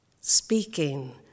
speaking